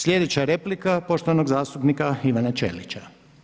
Sljedeća replika poštovanog zastupnika Ivana Ćelića.